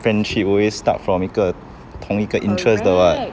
friendship always start from 一个同一个 interest 的 [what]